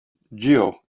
jill